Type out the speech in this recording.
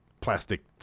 plastic